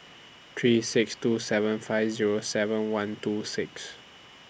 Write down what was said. three six two seven five Zero seven one two six